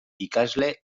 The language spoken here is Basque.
ikasle